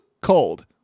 cold